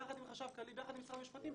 ביחד עם החשב הכללי וביחד עם משרד המשפטים,